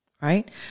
Right